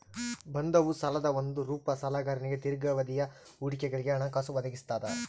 ಬಂಧವು ಸಾಲದ ಒಂದು ರೂಪ ಸಾಲಗಾರನಿಗೆ ದೀರ್ಘಾವಧಿಯ ಹೂಡಿಕೆಗಳಿಗೆ ಹಣಕಾಸು ಒದಗಿಸ್ತದ